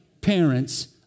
parents